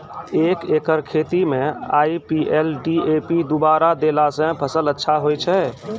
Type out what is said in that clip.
एक एकरऽ खेती मे आई.पी.एल डी.ए.पी दु बोरा देला से फ़सल अच्छा होय छै?